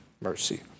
mercy